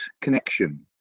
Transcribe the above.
connection